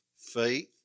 faith